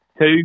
Two